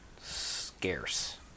scarce